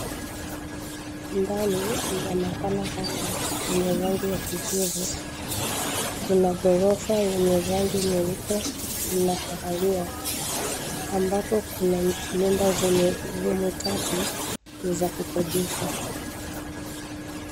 Ndani ya mahala hapa penye rangi ya kijivu kuna ghorofa yenye rangi nyeupe na kahawia ambapo kuna nyumba zenye rumu tatu za kukodisha..